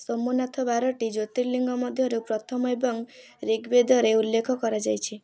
ସୋମନାଥ ବାରଟି ଜ୍ୟୋତିର୍ଲିଙ୍ଗ ମଧ୍ୟରୁ ପ୍ରଥମ ଏବଂ ରିଗବେଦରେ ଉଲ୍ଲେଖ କରାଯାଇଛି